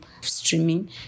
streaming